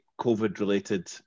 COVID-related